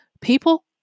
people